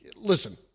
listen